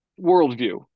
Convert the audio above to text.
worldview